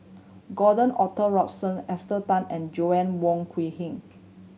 Gordon Arthur Ransome Esther Tan and Joanna Wong Quee Heng